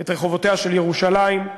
את רחובותיה של ירושלים,